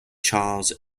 charles